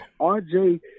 RJ